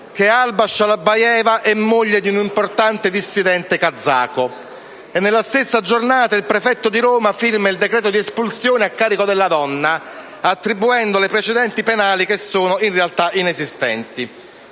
che Alma Shalabayeva è moglie di un importante dissidente kazako e nella stessa giornata il prefetto di Roma firma il decreto di espulsione a carico della donna, attribuendole precedenti penali in realtà inesistenti.